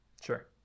Sure